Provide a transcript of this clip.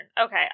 Okay